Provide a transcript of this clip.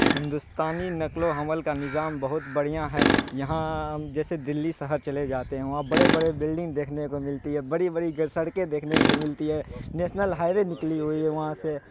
ہندوستانی نقل و حمل کا نظام بہت بڑھیا ہیں یہاں ہم جیسے دلی سہر چلے جاتے ہیں وہاں بڑے بڑے بلڈنگ دیکھنے کو ملتی ہے بڑی بڑی سڑکیں دیکھنے کو ملتی ہے نیشنل ہائی وے نکلی ہوئی ہے وہاں سے